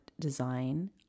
design